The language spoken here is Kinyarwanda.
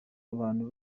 abantu